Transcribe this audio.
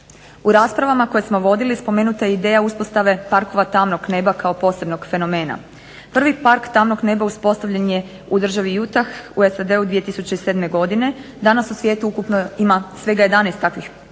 U raspravama koje smo vodili spomenuta je ideja uspostave parkova tamnog neba kao posebnog fenomena. Prvi park tamnog neba uspostavljen je u državi Utah u SAD-u 2007. godine. Danas u svijetu ukupno ima svega 11 takvih